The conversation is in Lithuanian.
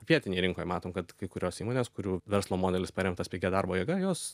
vietinėj rinkoj matom kad kai kurios įmonės kurių verslo modelis paremtas pigia darbo jėga jos